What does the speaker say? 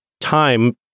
time